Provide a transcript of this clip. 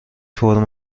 فرم